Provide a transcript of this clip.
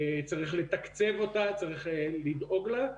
צריך לתקצב אותה ולדאוג לה,